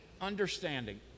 understanding